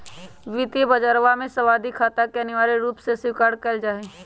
वित्तीय बजरवा में सावधि खाता के अनिवार्य रूप से स्वीकार कइल जाहई